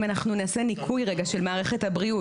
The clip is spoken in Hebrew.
אם אנחנו נעשה ניכוי רגע של מערכת הבריאות.